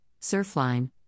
Surfline